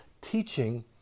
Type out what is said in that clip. teaching